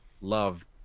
love